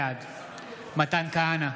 בעד מתן כהנא,